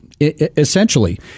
essentially